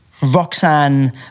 Roxanne